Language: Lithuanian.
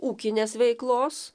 ūkinės veiklos